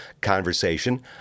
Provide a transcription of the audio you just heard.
conversation